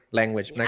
language